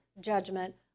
judgment